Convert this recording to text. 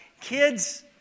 kids